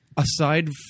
Aside